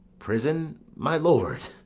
prison, my lord!